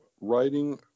writing